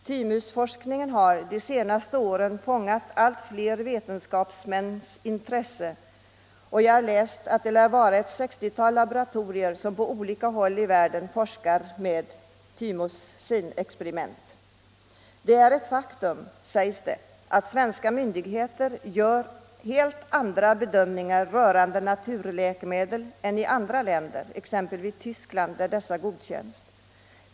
Thymusforskningen har de senaste åren fångat allt fler vetenskapsmäns intresse. Det lär vara ett 60-tal laboratorier som på olika håll i världen forskar med thymosinexperiment. Det är ett faktum att svenska myndigheter gör helt andra bedömningar rörande naturläkemedel än vad man gör i andra länder, exempelvis i Tyskland, där dessa naturläkemedel godkänts.